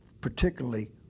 particularly